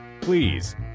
please